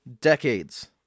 Decades